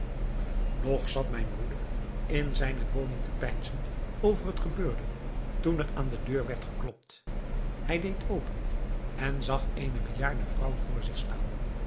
nog zat mijn broeder in zijne woning te peinzen over het gebeurde toen er aan de deur werd geklopt hij deed open en zag eene bejaarde vrouw voor zich staan